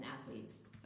athletes